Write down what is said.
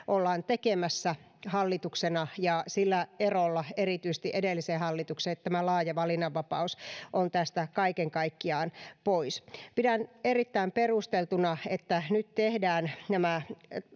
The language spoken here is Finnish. ollaan tekemässä hallituksena ja sillä erolla erityisesti edelliseen hallitukseen että tämä laaja valinnanvapaus on tästä kaiken kaikkiaan pois pidän erittäin perusteltuna että nyt tehdään nämä